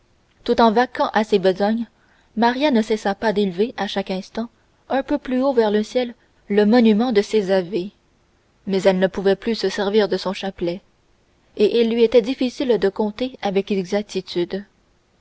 tout en vaquant à ces besognes maria ne cessa pas d'élever à chaque instant un peu plus haut vers le ciel le monument de ses ave mais elle ne pouvait plus se servir de son chapelet et il lui était difficile de compter avec exactitude